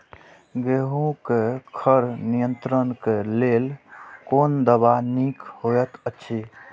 गेहूँ क खर नियंत्रण क लेल कोन दवा निक होयत अछि?